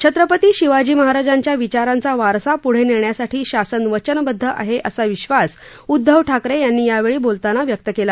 छत्रपती शिवाजी महाराजांच्या विचारांचा वारसा प्ढे नेण्यासाठी शासन वचनबद्ध आहे असा विश्वास उध्यव ठाकरे यांनी यावेळी बोलताना व्यक्त केला